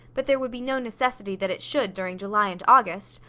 but there would be no necessity that it should during july and august,